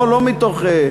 לא מתוך,